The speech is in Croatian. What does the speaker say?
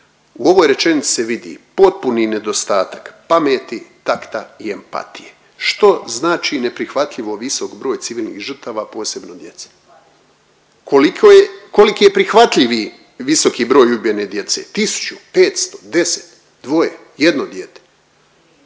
U ovoj rečenici se vidi potpuni nedostatak pameti, takta i empatije. Što znači neprihvatljivo visok broj civilnih žrtava, posebno djece? Koliko je, koliki je prihvatljivi visoki broj ubijene djece, 1000, 500, 10, 2, 1 dijete?